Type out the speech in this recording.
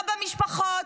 לא במשפחות,